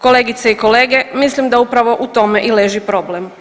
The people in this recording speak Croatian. Kolegice i kolege mislim da upravo u tom i leži problem.